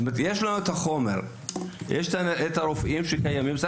יש לנו את החומר ואת הרופאים שקיימים,